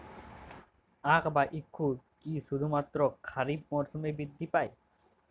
আখ বা ইক্ষু কি শুধুমাত্র খারিফ মরসুমেই বৃদ্ধি পায়?